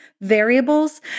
variables